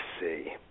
see